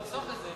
נחסוך את זה.